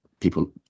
people